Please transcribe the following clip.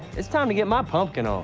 it's time to get my pumpkin on.